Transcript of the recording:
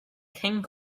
king